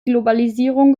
globalisierung